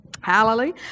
Hallelujah